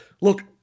Look